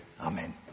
Amen